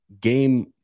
game